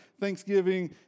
thanksgiving